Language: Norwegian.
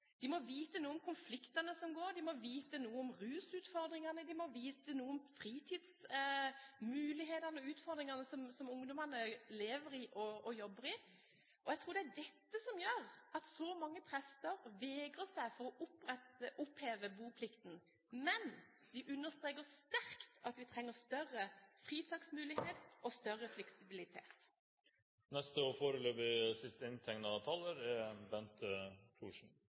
de må vite noe om konfliktene som er – de må vite noe om rusutfordringene, de må vite noe om fritidsmulighetene og ufordringene som ungdommene lever i og jobber i. Jeg tror det er dette som gjør at så mange prester vegrer seg for å oppheve boplikten. Men de understreker sterkt at vi trenger større fritaksmulighet og større fleksibilitet. Bente Thorsen har hatt ordet to ganger og